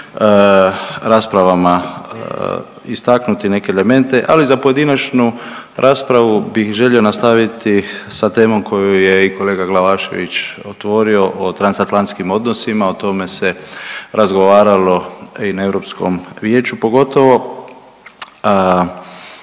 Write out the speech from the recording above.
raspravama istaknuti neke elemente, ali za pojedinačnu raspravu bih želio nastaviti sa temom koju je i kolega Glavašević otvorio o transatlantskim odnosima o tome se razgovaralo i na Europskom vijeću pogotovo